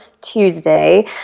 Tuesday